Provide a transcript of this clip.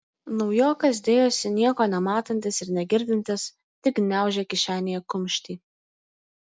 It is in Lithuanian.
naujokas dėjosi nieko nematantis ir negirdintis tik gniaužė kišenėje kumštį